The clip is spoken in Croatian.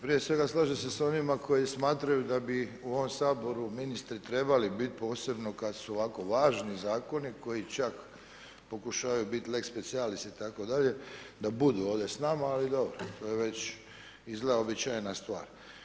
Prije svega slažem se s onima koji smatraju da bi u ovom Saboru ministri trebali biti, posebno kad su ovako važni zakoni koji čak pokušavaju biti lex specialis itd., da budu ovdje s nama, ali dobro, to je već izgleda uobičajena stvar.